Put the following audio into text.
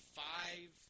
five